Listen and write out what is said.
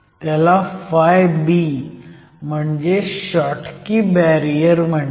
त्याला φb म्हणजे Schottky barrier म्हणतात